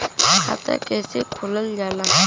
खाता कैसे खोलल जाला?